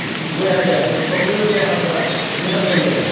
बेया जाया आरो मोसौआबो देहाफोरा मोजां जायो आरो